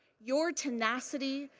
your tenacity,